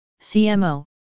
CMO